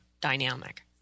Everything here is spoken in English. dynamic